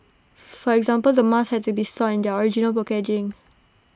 for example the masks have to be stored in their original packaging